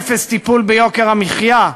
באפס טיפול ביוקר המחיה,